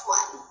one